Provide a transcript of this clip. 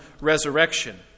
resurrection